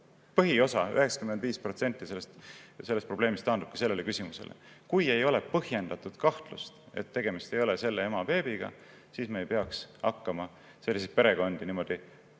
Põhiosa, 95% sellest probleemist taandubki sellele küsimusele. Kui ei ole põhjendatud kahtlust, et tegemist ei ole selle ema beebiga, siis me ei peaks hakkama selliseid perekondi –